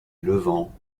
levant